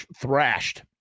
thrashed